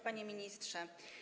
Panie Ministrze!